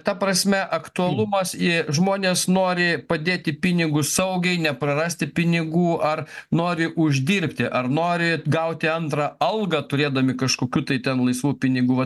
ta prasme aktualumas į žmonės nori padėti pinigus saugiai neprarasti pinigų ar nori uždirbti ar nori gauti antrą algą turėdami kažkokių tai ten laisvų pinigų vat